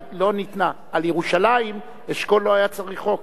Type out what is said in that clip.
על ירושלים אשכול לא היה צריך חוק.